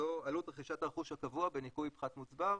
שזו עלות רכישת הרכוש הקבוע בניכוי פחת שנצבר.